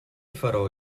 farò